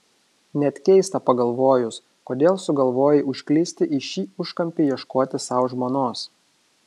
net keista pagalvojus kodėl sugalvojai užklysti į šį užkampį ieškoti sau žmonos